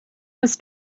was